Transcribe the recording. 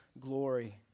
glory